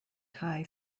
tie